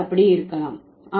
மொழிகள் அப்படி இருக்கலாம்